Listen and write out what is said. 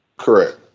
correct